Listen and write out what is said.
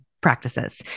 practices